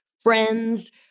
friends